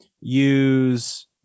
use